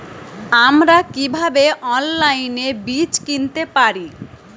আমরা কীভাবে অনলাইনে বীজ কিনতে পারি?